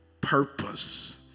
purpose